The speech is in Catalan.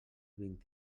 vint